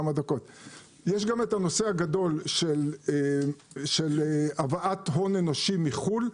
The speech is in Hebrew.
יש גם את הנושא הגדול של הבאת הון אנושי מחו"ל,